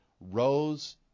rose